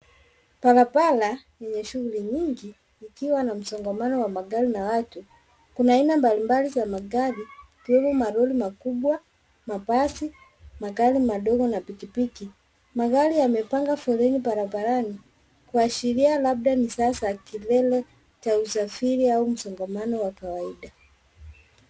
Barabara yenye shughuli nyingi ikiwa na msongamano wa magari na watu. Kuna aina mbalimbali za magari ikiwemo malori makubwa, mabasi, magari madogo na pikipiki. Magari yamepanga foleni barabarani kuashiria labda ni saa za kilele cha usafiri au msongamano wa kawaida.